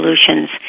solutions